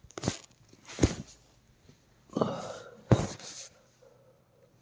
ಜಮಾ ಪ್ರಮಾಣ ಪತ್ರ ಆನ್ ಲೈನ್ ನ್ಯಾಗ ಸಿಗೊದಕ್ಕ ನಮ್ಮ ಟೈಮ್ ಉಳಿತೆತಿ